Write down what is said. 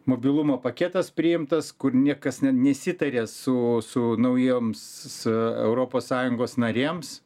mobilumo paketas priimtas kur niekas nesitarė su su naujoms su europos sąjungos narėms